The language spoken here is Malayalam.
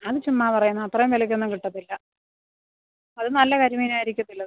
അത് ചുമ്മാ പറയുന്നത് അത്രയും വിലയ്ക്കൊന്നും കിട്ടത്തില്ല അത് നല്ല കരിമീൻ ആയിരിക്കത്തില്ല